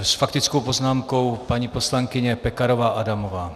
S faktickou poznámkou paní poslankyně Pekarová Adamová.